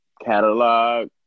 catalog